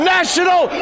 National